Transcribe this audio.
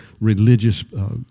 religious